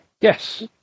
yes